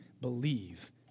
believe